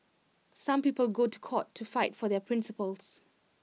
some people go to court to fight for their principles